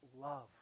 love